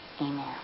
Amen